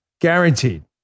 guaranteed